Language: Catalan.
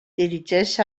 dirigeix